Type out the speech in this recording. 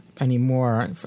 anymore